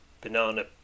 banana